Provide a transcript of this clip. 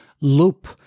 loop